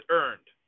earned